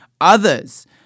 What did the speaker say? others